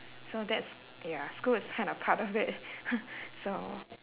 so that's ya school is kind of part of it so